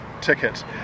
ticket